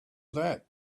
that